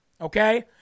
okay